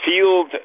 Field